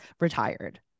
retired